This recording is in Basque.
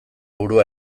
burua